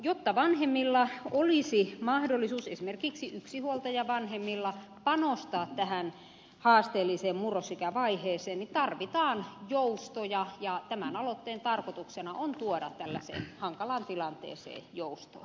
jotta vanhemmilla olisi mahdollisuus esimerkiksi yksinhuoltajavanhemmilla panostaa tähän haasteelliseen murrosikävaiheeseen tarvitaan joustoja ja tämän aloitteen tarkoituksena on tuoda tällaiseen hankalaan tilanteeseen joustoa